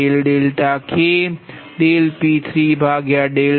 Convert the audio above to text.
Pmkછે